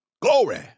Glory